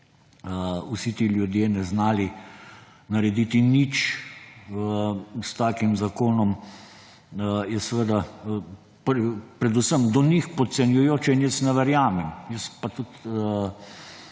vsi ti ljudje ne znali narediti nič s takim zakonom, je seveda predvsem do njih podcenjujoče. In ne verjamem, pa tudi